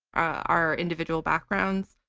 our individual backgrounds,